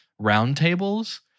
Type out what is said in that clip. roundtables